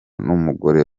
n’umugore